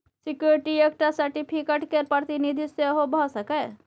security एकटा certificate केर प्रतिनिधि सेहो भ सकैए